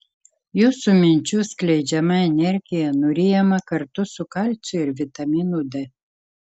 jūsų minčių skleidžiama energija nuryjama kartu su kalciu ir vitaminu d